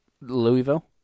Louisville